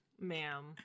ma'am